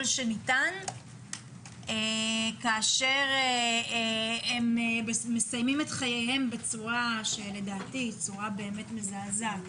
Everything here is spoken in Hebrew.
שניתן כאשר הם מסיימים את חייהם בצורה שלדעתי צורה באמת מזעזעת